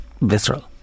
visceral